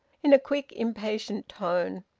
in a quick, impatient tone.